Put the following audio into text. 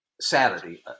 Saturday